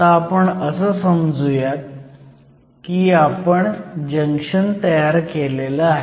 आत्ता आपण असं संजूयात की आपण जंक्शन तयार केलं आहे